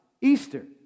Easter